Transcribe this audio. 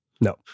No